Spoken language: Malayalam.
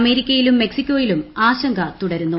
അമേരിക്കയിലും മെക്സിക്കോയിലും ആശങ്ക തുടരുന്നു